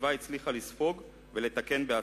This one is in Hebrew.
שהסביבה הצליחה לספוג ולתקן בעצמה.